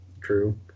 true